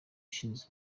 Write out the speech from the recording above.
ushinzwe